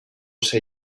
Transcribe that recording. ser